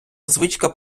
звичка